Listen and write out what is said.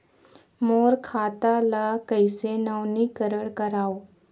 मोर खाता ल कइसे नवीनीकरण कराओ?